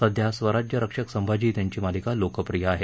सध्या स्वराज्य रक्षक संभाजी ही त्यांची मालिका लोकप्रिय आहे